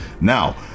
Now